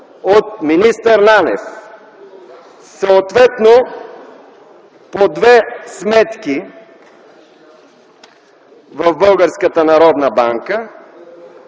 от министър Нанев - съответно по две сметки в